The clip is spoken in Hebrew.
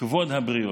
כבוד הבריות.